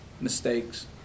mistakes